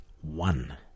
one